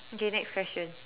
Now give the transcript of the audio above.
okay next question